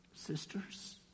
Sisters